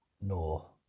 no